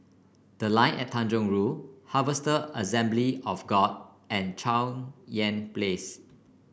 The Line at Tanjong Rhu Harvester Assembly of God and Cheng Yan Place